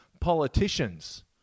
politicians